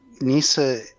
NISA